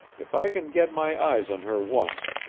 if i can get my eyes on her once,